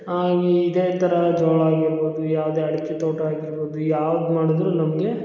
ಹಂಗೆ ಇದೇ ಥರ ಜೋಳ ಆಗಿರ್ಬೋದು ಯಾವುದೇ ಅಡಕೆ ತೋಟ ಆಗಿರ್ಬೋದು ಯಾವ್ದು ಮಾಡಿದ್ರೂ ನಮಗೆ